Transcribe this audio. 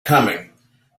coming